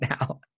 now